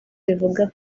bivuga